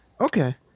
Okay